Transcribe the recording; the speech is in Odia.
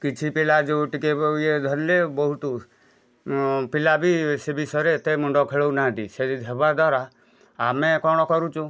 କିଛି ପିଲା ଯେଉଁ ଟିକେ ଇଏ ଧରିଲେ ବହୁତ ପିଲା ବି ସେ ବିଷୟରେ ଏତେ ମୁଣ୍ଡ ଖେଳାଉ ନାହାନ୍ତି ସେଇ ହେବା ଦ୍ଵାରା ଆମେ କ'ଣ କରୁଛୁ